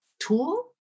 Tool